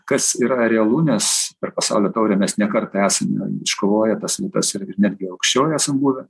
kas yra realu nes per pasaulio taurę mes ne kartą esam iškovoję tas vietas ir ir netgi aukščiau esam buvę